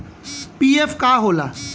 PF का होला?